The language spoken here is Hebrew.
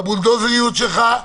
הבולדוזריות שלך.